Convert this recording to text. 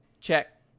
Check